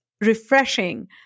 refreshing